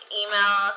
email